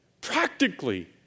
practically